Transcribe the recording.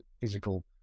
physical